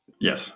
Yes